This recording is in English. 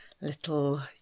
little